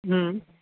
ہوں